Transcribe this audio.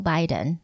Biden